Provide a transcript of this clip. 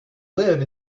live